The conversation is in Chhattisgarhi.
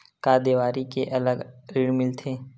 का देवारी के अलग ऋण मिलथे?